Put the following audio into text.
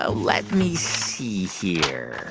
ah let me see here.